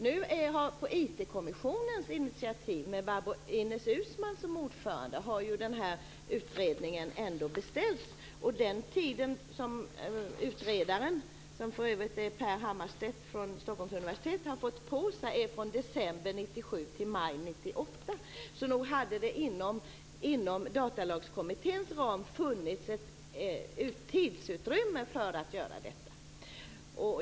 Nu har ju den här utredningen ändå beställts på initiativ av IT-kommissionen, där Ines Uusmann är ordförande. Den tid som utredaren, som för övrigt är Per Hammarstedt från Stockholms universitet, har fått på sig är från december 1997 till maj 1998. Så nog hade det inom Datalagskommitténs ram funnits tidsutrymme för att göra det här.